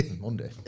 Monday